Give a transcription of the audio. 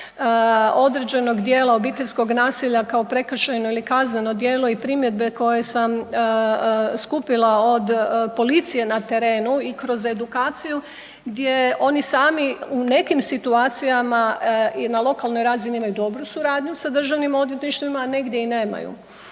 određenog dijela obiteljskog nasilja kao prekršajno ili kazneno djelo, i primjedbe koje sam skupila od policije na terenu i kroz edukaciju gdje oni sami u nekim situacijama i na lokalnoj razini imaju dobru suradnju sa Državnim odvjetništvima, a negdje i nemaju.